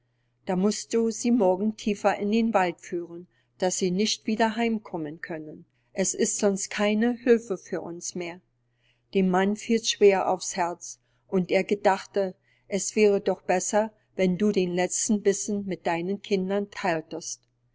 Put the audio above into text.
du mußt sie morgen tiefer in den wald führen daß sie nicht wieder heim kommen können es ist sonst keine hülfe für uns mehr dem mann fiels schwer aufs herz und er gedachte es wäre doch besser wenn du den letzten bissen mit deinen kindern theiltest